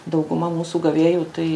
dauguma mūsų gavėjų tai